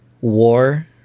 war